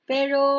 Pero